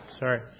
Sorry